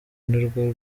nirwo